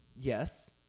Yes